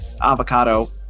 avocado